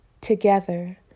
together